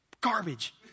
garbage